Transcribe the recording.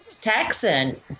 Texan